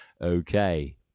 okay